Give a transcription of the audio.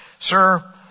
Sir